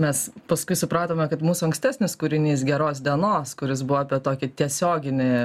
mes paskui supratome kad mūsų ankstesnis kūrinys geros dienos kuris buvo apie tokį tiesioginį